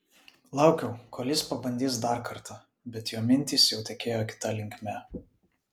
laukiau kol jis pabandys dar kartą bet jo mintys jau tekėjo kita linkme